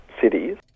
cities